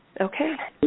Okay